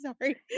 Sorry